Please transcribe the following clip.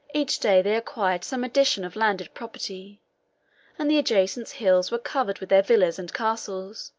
each day they acquired some addition of landed property and the adjacent hills were covered with their villas and castles,